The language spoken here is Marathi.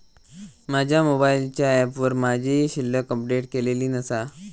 माझ्या मोबाईलच्या ऍपवर माझी शिल्लक अपडेट केलेली नसा